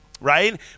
Right